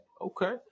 okay